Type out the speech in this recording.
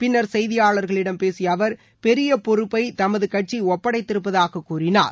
பின்னர் செய்தியாளர்களிடம் பேசிய அவர் பெரிய பொறுப்பை தமது கட்சி ஒப்படைத்திருப்பதாக கூறினார்